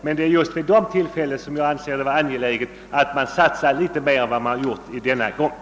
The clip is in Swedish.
Men det är just vid ett sådant tillfälle som detta som jag anser det nödvändigt att satsa mera än vad man gjort på information.